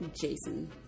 Jason